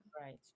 right